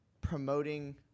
promoting